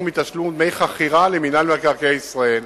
מתשלום דמי חכירה למינהל מקרקעי ישראל.